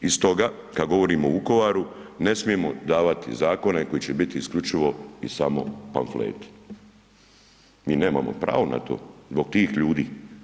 I stoga kada govorimo o Vukovaru ne smijemo davati zakone koji će biti isključivo i samo pamfleti, mi nemao pravo na to zbog tih ljudi.